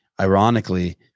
ironically